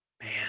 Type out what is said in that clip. Man